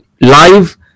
live